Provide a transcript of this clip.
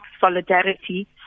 solidarity